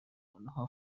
آنها